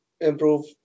improve